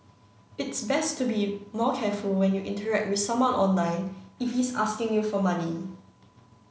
it's best to be more careful when you interact with someone online if he's asking you for money